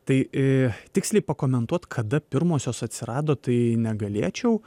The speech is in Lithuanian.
tai tiksliai pakomentuot kada pirmosios atsirado tai negalėčiau